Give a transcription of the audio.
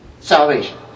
Salvation